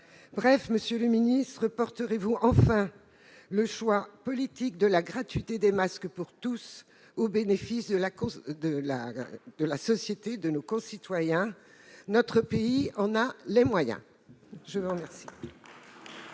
Bref, monsieur le ministre, ferez-vous enfin le choix politique de la gratuité des masques pour tous, au bénéfice de la santé de nos concitoyens ? Notre pays en a les moyens ! La parole